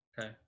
Okay